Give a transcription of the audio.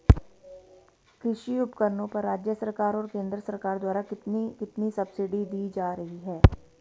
कृषि उपकरणों पर राज्य सरकार और केंद्र सरकार द्वारा कितनी कितनी सब्सिडी दी जा रही है?